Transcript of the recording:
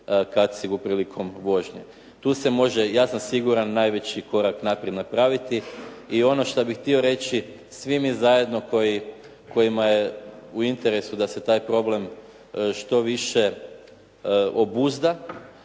kacigu prilikom vožnje. Tu se može ja sam siguran najveći korak naprijed napraviti. I ono što bi htio reći, svi mi zajedno kojima je u interesu da se taj problem što više obuzda,